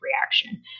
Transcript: reaction